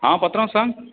हा पात्रांव सांग